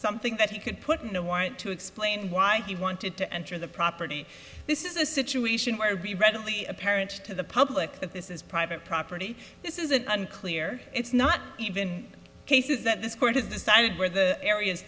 something that he could put in a want to explain why he wanted to enter the property this is a situation where be readily apparent to the public that this is private property this is an unclear it's not even cases that this court has decided where the areas